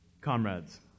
Comrades